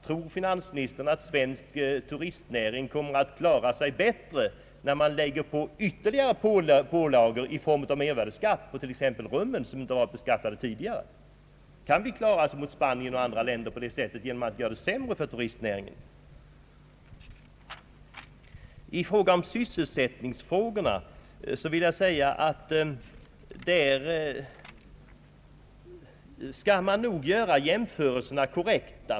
Tror finansministern att svensk turistnäring kommer att klara sig bättre med ytterligare pålagor i form av mervärdeskatt på t.ex. rummen som inte varit beskattade tidigare? Kan vi klara oss mot Spanien och andra länder genom att på det sättet göra det sämre för turistnäringen? skall man nog försöka göra korrekta jämförelser.